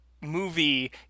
movie